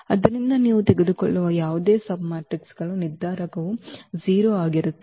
ಆದ್ದರಿಂದ ನೀವು ತೆಗೆದುಕೊಳ್ಳುವ ಯಾವುದೇ ಸಬ್ಮ್ಯಾಟ್ರಿಕ್ಗಳು ನಿರ್ಧಾರಕವು 0 ಆಗಿರುತ್ತದೆ